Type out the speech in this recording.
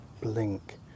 blink